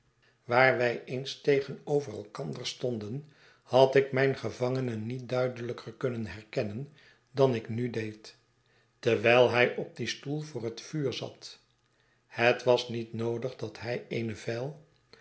waar wij eens tegenover elkander stonden had ik mijn gevangene niet duidelyker kunnen herkennen dan ik nu deed terwijlhij op dien stoel voor het vuur zat het was niet noodig dat hij eene vijl